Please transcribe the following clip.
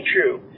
true